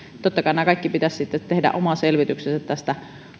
totta kai näiltä kaikilta osin pitäisi sitten tehdä oma selvityksensä tästä